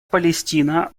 палестина